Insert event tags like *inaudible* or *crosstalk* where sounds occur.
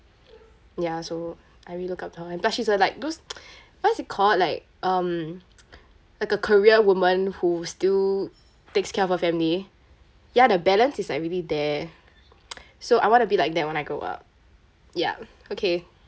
ya so I really look up to her and plus she's a like those *noise* what's it called like um like a career woman who still takes care of her family ya the balance is like really there *noise* so I want to be like that when I grow up ya okay